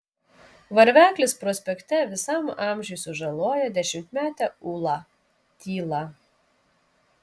varveklis prospekte visam amžiui sužaloja dešimtmetę ulą tyla